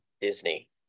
Disney